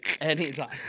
Anytime